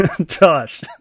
Josh